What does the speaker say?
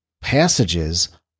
passages